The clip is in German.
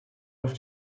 auf